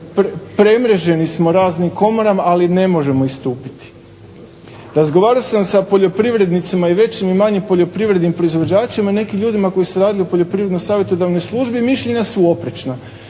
premreženi smo raznim komorama ali ne možemo istupiti. Razgovarao sam sa poljoprivrednicima i većim i manjim poljoprivrednim proizvođačima i nekim ljudima koji su radili u Poljoprivredno savjetodavnoj službi i mišljenja su oprečna.